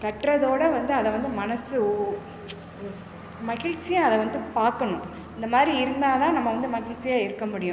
கட்டுறதோட வந்து அதை வந்து மனசு ஒ மகிழ்ச்சியாக அதை வந்து பார்க்கணும் இந்த மாதிரி இருந்தால் தான் நம்ம வந்து மகிழ்ச்சியாக இருக்க முடியும்